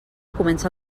comença